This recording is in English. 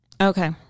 Okay